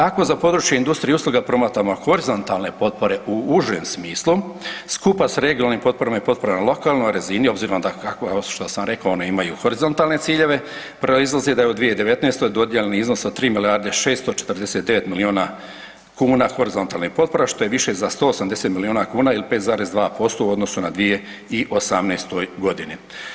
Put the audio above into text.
Ako za područje industrije i usluga promatramo horizontalne potpore u užem smislu skupa sa regionalnim potporama i potporama na lokalnoj razini, obzirom da kao što sam rekao one imaju horizontalne ciljeve proizlazi da je u 2019. dodijeljen iznos od 3 milijarde i 649 milijuna kuna horizontalnih potpora što je više za 180 milijuna kuna ili 5,2% u odnosu na 2018. godini.